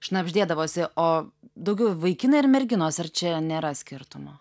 šnabždėdavosi o daugiau vaikinai ar merginos ar čia nėra skirtumo